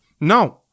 No